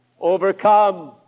overcome